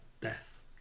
death